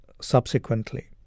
subsequently